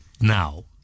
now